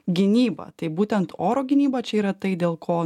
gynybą tai būtent oro gynyba čia yra tai dėl ko